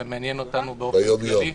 זה מעניין אותנו באופן כללי.